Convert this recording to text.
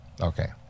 Okay